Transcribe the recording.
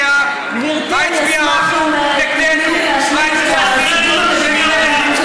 שמקדם את הכלכלה הישראלית.